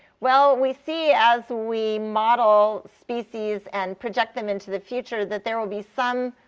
well, we see as we model species and project them into the future that there will be some